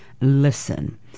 listen